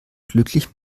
glücklich